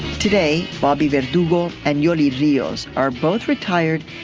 today bobby verdugo and yoli rios are both retired.